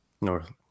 north